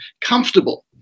comfortable